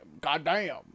Goddamn